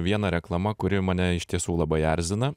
viena reklama kuri mane iš tiesų labai erzina